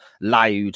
loud